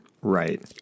right